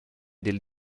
del